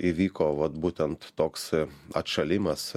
įvyko vat būtent toks atšalimas